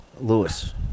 Lewis